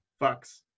Fucks